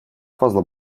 fazla